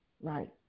Right